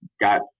got